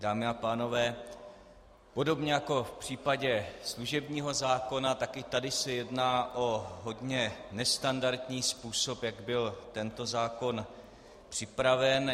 Dámy a pánové, podobně jako v případě služebního zákona, tak i tady se jedná o hodně nestandardní způsob, jak byl tento zákon připraven.